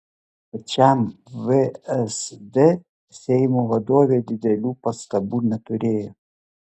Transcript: pačiam vsd seimo vadovė didelių pastabų neturėjo